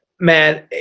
man